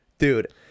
Dude